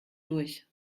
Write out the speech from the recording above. durch